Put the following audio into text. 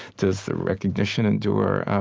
does the recognition endure?